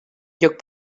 lloc